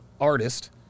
artist